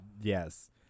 yes